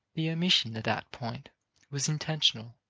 the omission at that point was intentional.